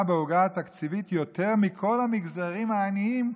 בעוגה התקציבית יותר מכל המגזרים העניים,